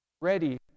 ready